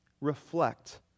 reflect